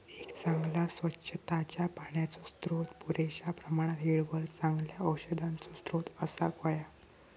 एक चांगला, स्वच्छ, ताज्या पाण्याचो स्त्रोत, पुरेश्या प्रमाणात हिरवळ, चांगल्या औषधांचो स्त्रोत असाक व्हया